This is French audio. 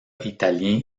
italien